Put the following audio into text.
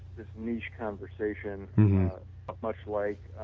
this niche conversation much like